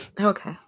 Okay